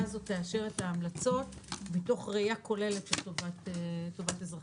הזו תאשר את ההמלצות מתוך ראייה כוללת של טובת אזרחי המדינה.